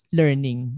learning